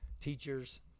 teachers